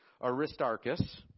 Aristarchus